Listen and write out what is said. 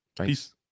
Peace